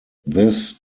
this